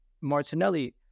Martinelli